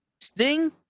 Sting